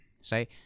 Say